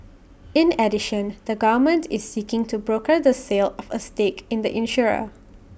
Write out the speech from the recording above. in addition the government is seeking to broker the sale of A stake in the insurer